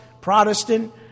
Protestant